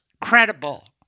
credible